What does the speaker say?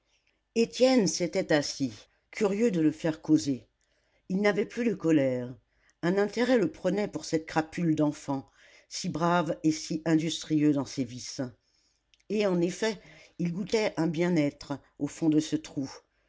étienne s'était assis curieux de le faire causer il n'avait plus de colère un intérêt le prenait pour cette crapule d'enfant si brave et si industrieux dans ses vices et en effet il goûtait un bien-être au fond de ce trou